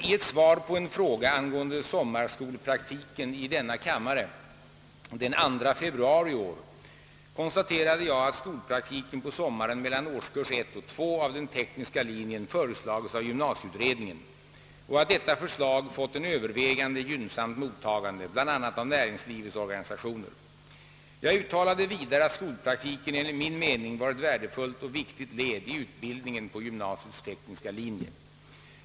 I ett svar på en fråga angående sommarskolpraktiken i denna kammare den 2 februari i år konstaterade jag, att skolpraktiken på sommaren mellan årskurs 1 och 2 av den tekniska linjen föreslagits av gymnasieutredningen och att detta förslag fått ett övervägande gynnsamt mottagande bl.a. av näringslivets organisationer. Jag uttalade vidare, att skolpraktiken enligt min mening var ett värdefullt och viktigt led i utbildningen på gymnasiets tekniska linje.